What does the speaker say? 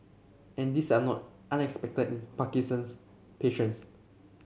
and these are all not unexpected in Parkinson's patients